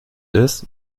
ist